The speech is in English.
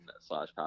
slash